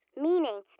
meaning